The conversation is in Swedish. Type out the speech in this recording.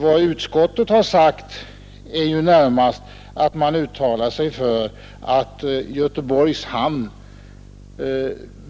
Vad utskottet enligt min mening har uttalat är närmast att Göteborgs hamn